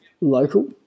local